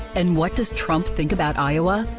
and what does trump think about iowa.